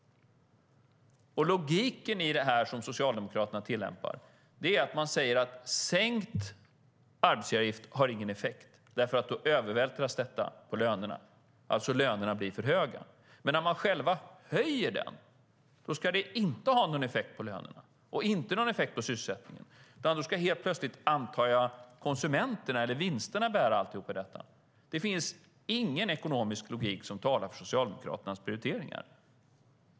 Logiken i det som Socialdemokraterna tillämpar är att man säger att sänkt arbetsgivaravgift inte har någon effekt, för då övervältras detta på lönerna, alltså att lönerna blir för höga. Men när man själva höjer den ska det inte ha någon effekt på lönerna och inte ha någon effekt på sysselsättningen. Då ska helt plötsligt, antar jag, konsumenterna eller vinsterna bära allt detta. Det finns ingen ekonomisk logik som talar för Socialdemokraternas prioriteringar.